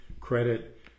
credit